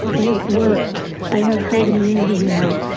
it worked. they have herd immunity now.